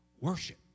worship